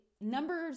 numbers